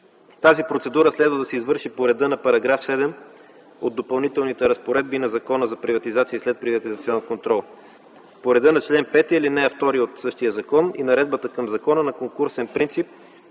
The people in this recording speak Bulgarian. Тази процедура следва да се извърши по реда на § 7 от Допълнителните разпоредби на Закона за приватизация и следприватизационен контрол, по реда на чл. 5, ал. 2 от същия закон и наредбата към закона. На конкурсен принцип